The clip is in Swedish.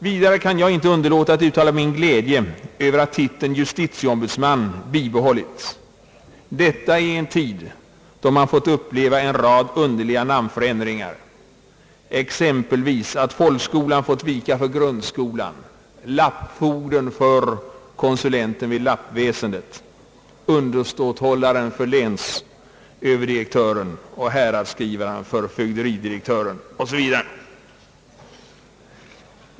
Vidare kan jag inte underlåta att uttala min glädje över att titeln Justitieombudsman bibehållits — detta i en tid då man fått uppleva en rad underliga namnförändringar, exempelvis att folkskolan fått vika för grundskolan, lappfogden för konsulenten vid lappväsendet, underståthållaren för länsöverdirektören, häradsskrivaren för fögderidirektören osv.